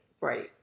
Right